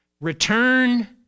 Return